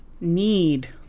need